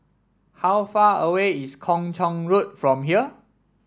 how far away is Kung Chong Road from here